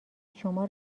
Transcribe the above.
شما